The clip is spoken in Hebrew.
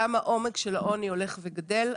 גם העומק של העוני הולך וגדל.